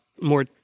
more